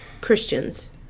christians